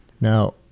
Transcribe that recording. Now